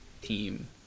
team